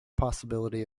possibility